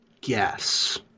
guess